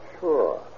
Sure